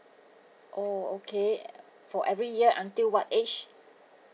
oh okay for every year until what age